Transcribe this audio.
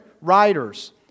writers